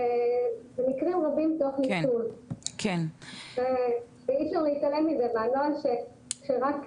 במקרים רבים תוך ניצול ואי אפשר להתעלם מזה והנוהל שרק,